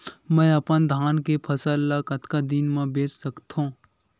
मैं अपन धान के फसल ल कतका दिन म बेच सकथो?